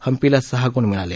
हम्पीला सहा गुण मिळाले